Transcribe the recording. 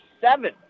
seven